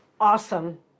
awesome